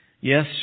Yes